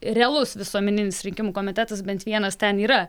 realus visuomeninis rinkimų komitetas bent vienas ten yra